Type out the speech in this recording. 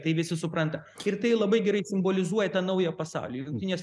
tai visi supranta ir tai labai gerai simbolizuoja tą naują pasaulį jungtinės